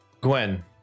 Gwen